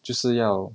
就是要